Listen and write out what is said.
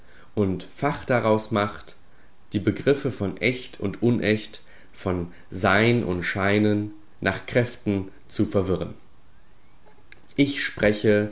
und fach daraus macht die begriffe von echt und unecht von sein und scheinen nach kräften zu verwirren ich spreche